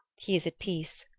he is at peace,